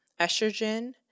estrogen